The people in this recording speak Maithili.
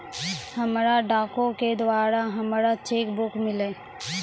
हमरा डाको के द्वारा हमरो चेक बुक मिललै